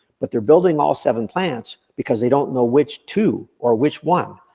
but they're building all seven plants, because they don't know which two or which one.